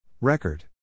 Record